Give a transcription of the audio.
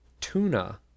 Tuna